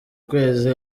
kwezi